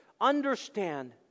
understand